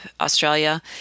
Australia